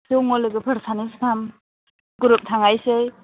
दङ लोगोफोर सानै साथाम ग्रुप थांनोसै